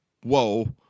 whoa